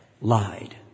lied